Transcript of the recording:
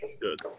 Good